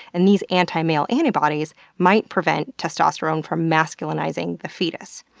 and these anti-male antibodies might prevent testosterone from masculinizing the fetus.